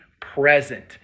present